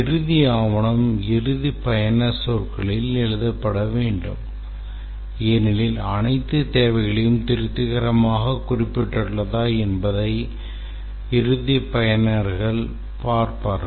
இறுதி ஆவணம் இறுதி பயனர் சொற்களில் எழுதப்பட வேண்டும் ஏனெனில் அனைத்து தேவைகளும் திருப்திகரமாக குறிப்பிடப்பட்டுள்ளதா என்பதை இறுதி பயனர்கள் பார்ப்பார்கள்